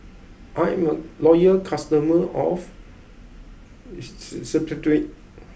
I'm a loyal customer of Cetrimide